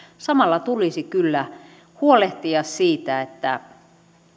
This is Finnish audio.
samalla tulisi kyllä huolehtia siitä että